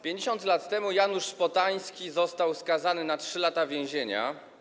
50 lat temu Janusz Szpotański został skazany na 3 lata więzienia.